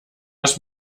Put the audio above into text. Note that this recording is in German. das